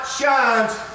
shines